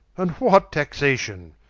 and what taxation?